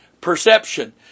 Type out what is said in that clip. perception